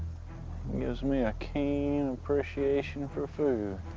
gives me a keen appreciation for food.